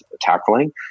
tackling